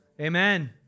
amen